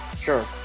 Sure